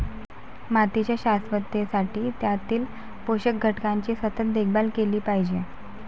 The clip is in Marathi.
मातीच्या शाश्वततेसाठी त्यातील पोषक घटकांची सतत देखभाल केली पाहिजे